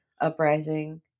uprising